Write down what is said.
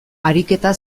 ariketa